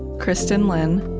kristin lin,